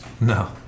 No